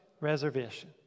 reservation